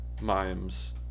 mimes